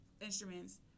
instruments